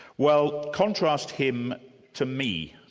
well contrast him to me.